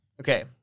Okay